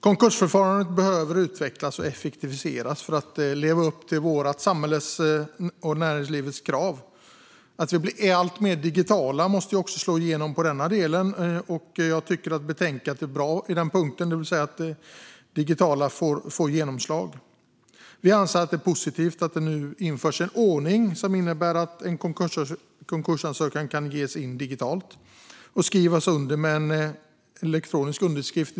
Konkursförfarandet behöver utvecklas och effektiviseras för att leva upp till samhällets och näringslivets krav. Att vi blir alltmer digitala måste också slå igenom i den här delen, och jag tycker att betänkandet är bra på den punkten, det vill säga att det digitala får genomslag. Vi anser att det är positivt att det nu införs en ordning som innebär att en konkursansökan kan ges in digitalt och skrivas under med en elektronisk underskrift.